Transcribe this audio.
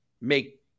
make